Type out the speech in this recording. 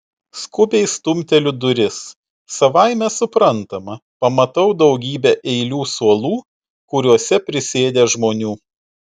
skubiai stumteliu duris savaime suprantama pamatau daugybę eilių suolų kuriuose prisėdę žmonių